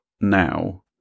now